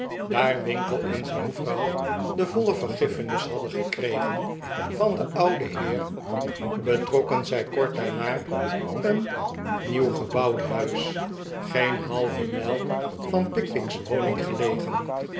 daar winkle en zijn vrouw de voile vergiffenis hadden gekregen van den ouden heer betrokken zij kort daarna een nieuw gebouwd huis geen halve mijl van pickwick's wonihg gelegen